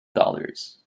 dollars